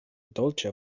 dolĉa